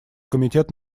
комитет